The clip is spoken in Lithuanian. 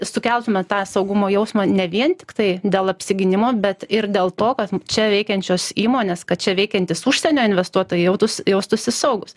sukeltume tą saugumo jausmą ne vien tiktai dėl apsigynimo bet ir dėl to kad čia veikiančios įmonės kad čia veikiantys užsienio investuotojai jautūs jaustųsi saugūs